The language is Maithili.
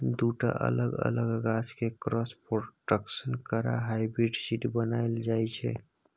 दु टा अलग अलग गाछ केँ क्रॉस प्रोडक्शन करा हाइब्रिड सीड बनाएल जाइ छै